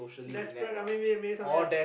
desperate or maybe something like